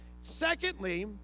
secondly